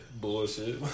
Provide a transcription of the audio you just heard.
Bullshit